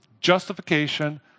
Justification